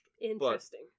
Interesting